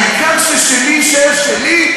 העיקר ששלי יישאר שלי,